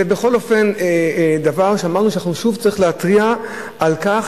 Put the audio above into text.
זה בכל אופן דבר שאמרנו ששוב צריך להתריע על כך